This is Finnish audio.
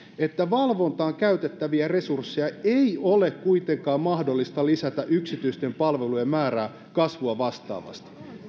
että valvontaan käytettäviä resursseja ei ole kuitenkaan mahdollista lisätä yksityisten palvelujen määrän kasvua vastaavasti